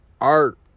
art